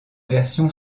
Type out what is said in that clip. version